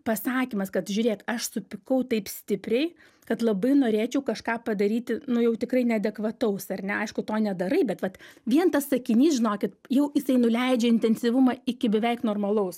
pasakymas kad žiūrėk aš supykau taip stipriai kad labai norėčiau kažką padaryti nu jau tikrai neadekvataus ar ne aišku to nedarai bet vat vien tas sakinys žinokit jau jisai nuleidžia intensyvumą iki beveik normalaus